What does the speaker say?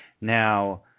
Now